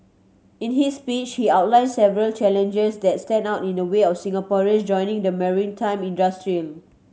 in his speech he outlined several challenges that stand out in the way of Singaporeans joining the maritime industry